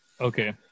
okay